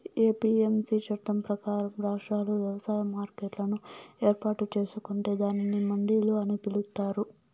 APMC చట్టం ప్రకారం, రాష్ట్రాలు వ్యవసాయ మార్కెట్లను ఏర్పాటు చేసుకొంటే దానిని మండిలు అని పిలుత్తారు